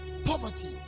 Poverty